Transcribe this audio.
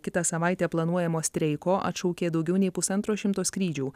kitą savaitę planuojamo streiko atšaukė daugiau nei pusantro šimto skrydžių